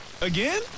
Again